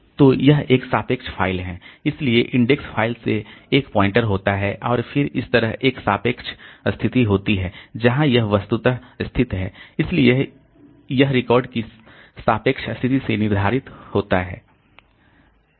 तो यह एक सापेक्ष फ़ाइल है इसलिए इंडेक्स फ़ाइल से एक पॉइंटर होता है और फिर इस तरह एक सापेक्ष स्थिति होती है जहां यह वस्तुतः स्थित है इसलिए यह रिकॉर्ड की सापेक्ष स्थिति से निर्धारित होता है